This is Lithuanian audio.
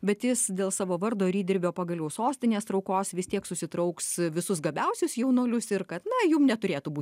bet jis dėl savo vardo ir įdirbio pagaliau sostinės traukos vis tiek susitrauks visus gabiausius jaunuolius ir kad na jum neturėtų būt